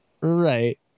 Right